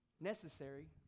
necessary